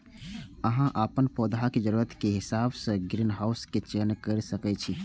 अहां अपन पौधाक जरूरत के हिसाब सं ग्रीनहाउस के चयन कैर सकै छी